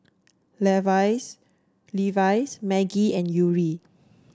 Levi's Maggi and Yuri